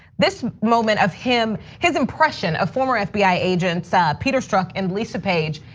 this moment of him, his impression of former fbi agents peter strzok and lisa page,